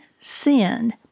sin